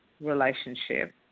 relationship